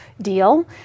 deal